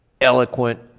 eloquent